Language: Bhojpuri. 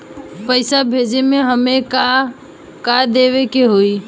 पैसा भेजे में हमे का का देवे के होई?